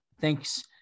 Thanks